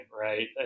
right